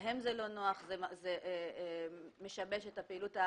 להם זה לא נוח, זה משבש את הפעילות של